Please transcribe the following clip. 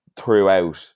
throughout